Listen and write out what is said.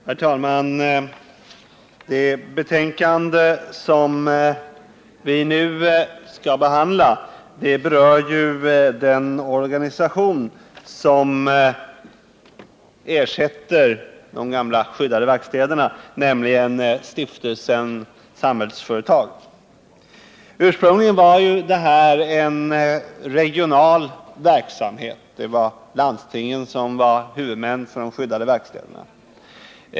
Herr talman! Det betänkande som vi nu skall behandla berör den organisation som ersätter de gamla skyddade verkstäderna, nämligen Stiftelsen Samhällsföretag. Ursprungligen var detta en regional verksamhet — landstingen var huvudmän för de skyddade verkstäderna.